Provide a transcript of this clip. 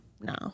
No